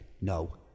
No